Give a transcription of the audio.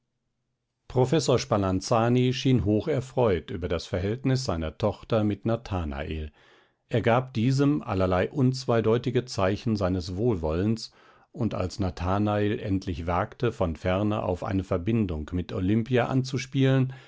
professor spalanzani schien hocherfreut über das verhältnis seiner tochter mit nathanael er gab diesem allerlei unzweideutige zeichen seines wohlwollens und als es nathanael endlich wagte von ferne auf eine verbindung mit olimpia anzuspielen